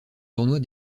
tournois